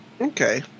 okay